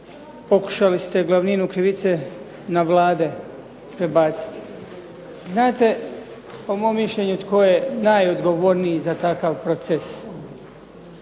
Pokušali ste glavninu krivice na Vlade prebaciti. Znate po mom mišljenju tko je najodgovorniji za takav proces?